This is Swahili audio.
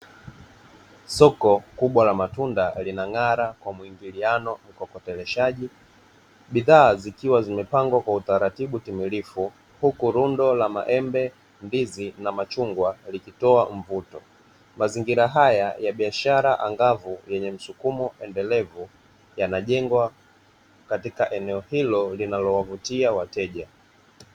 Soko kubwa la matunda linangara kwa mwingiliano ukopoleshaji bidhaa zikiwa zimepangwa kwa utaratibu timilifu huku lundo la maembe, ndizi na machungwa likitoa mvuto .Mazingira haya ya biashara angavu yenye msukumo ,endelevu yanajengwa katika eneo hilo linalowavutia wateja.